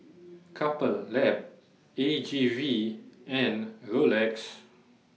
Couple Lab A G V and Rolex